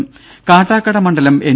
ദേദ കാട്ടാക്കട മണ്ഡലം എൻ